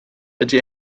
ydy